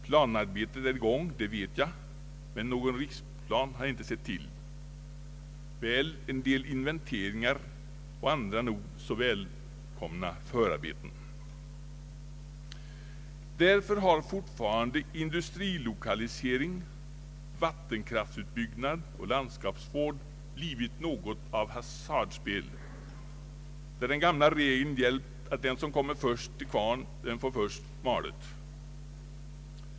Planarbetet är i gång — det vet jag — men någon riksplan har jag inte sett till, väl en del inventeringar och andra nog så välkomna förarbeten. Därför har fortfarande industrilokalisering, vattenkraftsutbyggnad och landskapsvård blivit något av hasardspel där den gamla regeln gällt att den som kommer först till kvarnen får först malet.